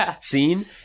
scene